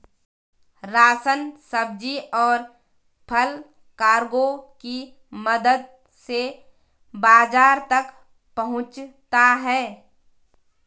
ration, सब्जी, और फल कार्गो की मदद से बाजार तक पहुंचता है